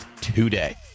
today